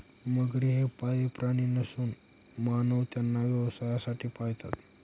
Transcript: मगरी हे पाळीव प्राणी नसून मानव त्यांना व्यवसायासाठी पाळतात